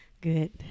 good